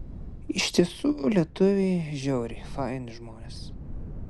iš tiesų lietuviai žiauriai faini žmonės